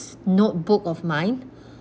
notebook of mine